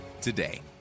today